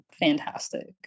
fantastic